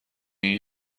این